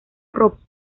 rock